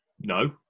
No